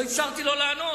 לא אפשרתי לו לענות.